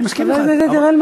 למה אין גישה קונסטרוקטיבית פה?